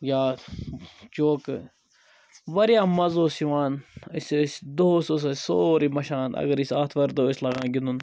یا چوکہٕ واریاہ مَزٕ اوس یِوان أسۍ ٲسۍ دۄہَس اوس اسہِ سورُے مَشان اگر أسۍ آتھوارِ دۄہ ٲسۍ لاگان گِنٛدُن